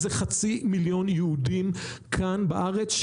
הוא חצי מיליון יהודים כאן בארץ,